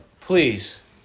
please